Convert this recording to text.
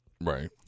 Right